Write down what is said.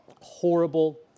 horrible